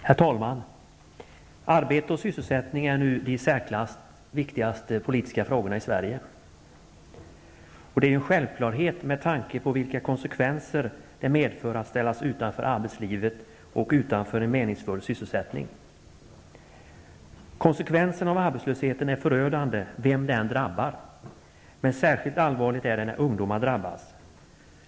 Herr talman! Arbete och sysselsättning är nu de i särklass viktigaste politiska frågorna i Sverige. Det är en självklarhet med tanke på vilka konsekvenser det medför att ställas utanför arbetslivet och utanför en meningsfull sysselsättning. Konsekvenserna av arbetslösheten är förödande vem de än drabbar. Men särskilt allvarligt är det när ungdomar drabbas.